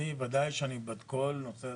ודאי שאני בעד כל נושא הסביבה,